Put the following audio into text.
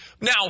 Now